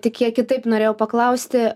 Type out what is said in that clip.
tik kiek kitaip norėjau paklausti